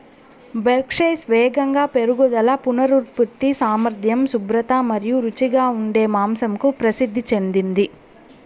Berkshires వేగంగా పెరుగుదల, పునరుత్పత్తి సామర్థ్యం, శుభ్రత మరియు రుచిగా ఉండే మాంసంకు ప్రసిద్ధి చెందింది